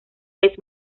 vez